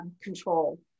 control